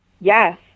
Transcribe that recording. Yes